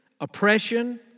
oppression